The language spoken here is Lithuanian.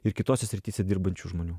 ir kitose srityse dirbančių žmonių